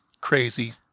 crazy